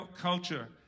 culture